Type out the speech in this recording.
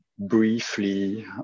Briefly